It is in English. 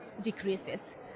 decreases